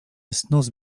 snooze